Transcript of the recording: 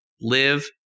live